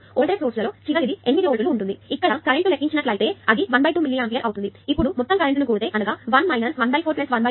చివరకు voltage source లలో చివరిది 8 వోల్ట్లు ఉంటుంది ఇక్కడ కరెంట్ను లెక్కించినట్లయితే అది 12మిల్లీ ఆంపియర్ అవుతుంది ఇప్పుడు ఈ మొత్తం కరెంటు ను కూడితే 1 1 4 ½1 అవుతుంది అనగా 2